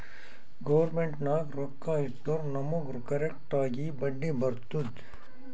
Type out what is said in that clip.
government ನಾಗ್ ರೊಕ್ಕಾ ಇಟ್ಟುರ್ ನಮುಗ್ ಕರೆಕ್ಟ್ ಆಗಿ ಬಡ್ಡಿ ಬರ್ತುದ್